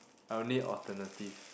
I will need alternative